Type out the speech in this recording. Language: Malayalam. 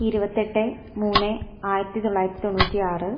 ഇരുപത്തെട്ട് മൂന്ന് ആയിരത്തി തൊള്ളായിരത്തി തൊണ്ണൂറ്റിയാറ്